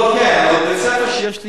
כן, אבל זה בית-ספר שיש לי,